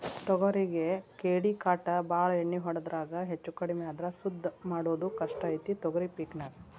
ತೊಗರಿಗೆ ಕೇಡಿಕಾಟ ಬಾಳ ಎಣ್ಣಿ ಹೊಡಿದ್ರಾಗ ಹೆಚ್ಚಕಡ್ಮಿ ಆದ್ರ ಸುದ್ದ ಮಾಡುದ ಕಷ್ಟ ಐತಿ ತೊಗರಿ ಪಿಕ್ ನಾ